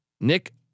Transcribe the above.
Nick